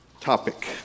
topic